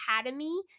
academy